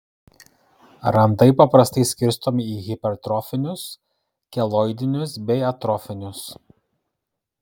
randai paprastai skirstomi į hipertrofinius keloidinius bei atrofinius